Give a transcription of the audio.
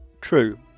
True